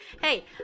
Hey